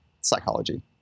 Psychology